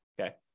Okay